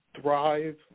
thrive